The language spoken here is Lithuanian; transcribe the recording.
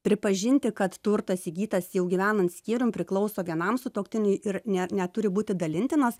pripažinti kad turtas įgytas jau gyvenant skyrium priklauso vienam sutuoktiniui ir ne neturi būti dalintinas